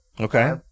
Okay